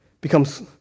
becomes